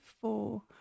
four